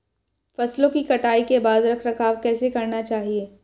फसलों की कटाई के बाद रख रखाव कैसे करना चाहिये?